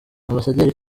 ambasaderi